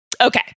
Okay